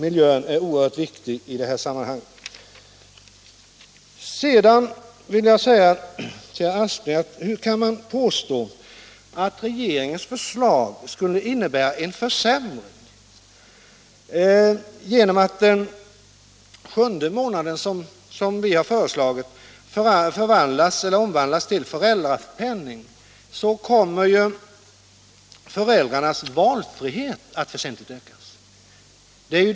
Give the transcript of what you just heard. Miljön är oerhört viktig i det här sammanhanget. Hur kan herr Aspling påstå att regeringens förslag skulle innebära en försämring? Genom att sjunde månaden som vi föreslagit skall omvandlas och ge föräldrapenning, kommer föräldrarnas valfrihet att väsentligen ändras.